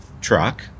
truck